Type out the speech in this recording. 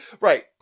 right